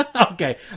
Okay